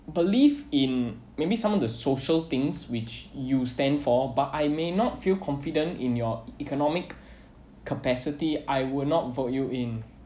believe in maybe some of the social things which you stand for but I may not feel confident in your economic capacity I will not vote you in